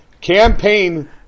Campaign